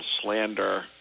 slander